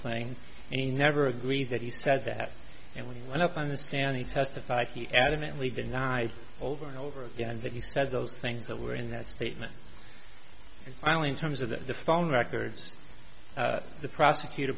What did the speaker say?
thing and he never agreed that he said that and when he went up on the stand he testified he adamantly denied over and over again that he said those things that were in that statement finally in terms of the phone records the prosecutor